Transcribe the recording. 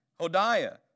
Hodiah